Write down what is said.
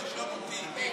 לרשום אותי.